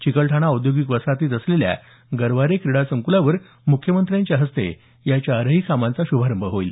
चिकलठाणा औद्योगिक वसाहतीत असलेल्या गरवारे क्रीडा संकलावर मुख्यमंत्र्यांच्या हस्ते या चारही कामांचा शुभारंभ होईल